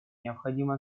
необходимо